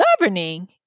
governing